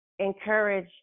encourage